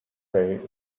day